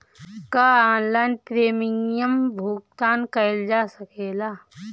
का online premium भुगतान कईल जा सकेला?